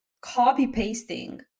copy-pasting